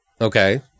Okay